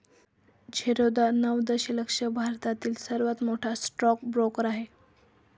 झिरोधा नऊ दशलक्ष भारतातील सर्वात मोठा स्टॉक ब्रोकर आहे